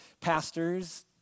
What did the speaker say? pastors